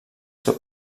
seu